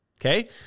okay